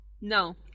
no